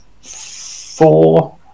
four